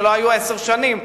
שלא היו עשר שנים,